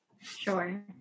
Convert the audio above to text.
Sure